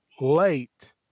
late